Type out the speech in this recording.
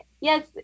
Yes